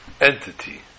entity